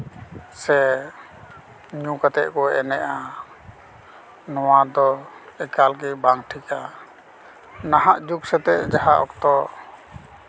ᱥᱮ ᱧᱩ ᱠᱟᱛᱮᱫ ᱠᱚ ᱮᱱᱮᱡᱼᱟ ᱱᱚᱣᱟ ᱫᱚ ᱮᱠᱟᱞ ᱜᱮ ᱵᱟᱝ ᱴᱷᱤᱠᱟ ᱱᱟᱦᱟᱜ ᱡᱩᱜᱽ ᱥᱟᱛᱮᱜ ᱡᱟᱦᱟᱸ ᱚᱠᱛᱚ